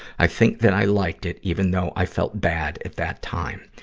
i think that i liked it, even though i felt bad at that time.